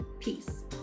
Peace